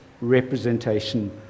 representation